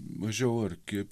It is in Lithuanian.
mažiau ar kaip